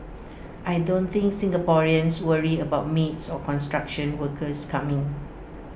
I don't think Singaporeans worry about maids or construction workers coming